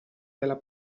della